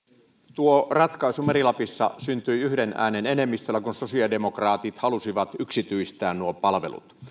tuo ratkaisu meri lapissa syntyi yhden äänen enemmistöllä kun sosiaalidemokraatit halusivat yksityistää nuo palvelut